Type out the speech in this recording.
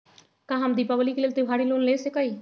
का हम दीपावली के लेल त्योहारी लोन ले सकई?